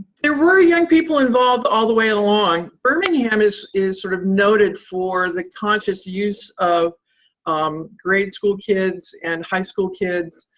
there were young people involved all the way along. birmingham is is sort of noted for the conscious use of um grade school kids and high school kids.